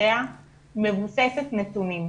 החלטותיה מבוססת נתונים.